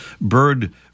Bird